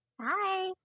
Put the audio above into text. Hi